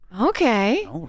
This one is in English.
okay